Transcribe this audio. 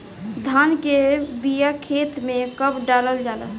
धान के बिया खेत में कब डालल जाला?